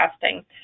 testing